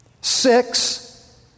Six